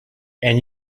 and